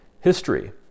history